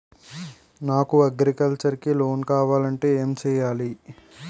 నాకు అగ్రికల్చర్ కి లోన్ కావాలంటే ఏం చేయాలి?